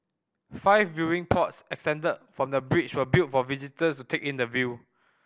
five viewing pods extended from the bridge were built for visitors to take in the view